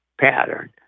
pattern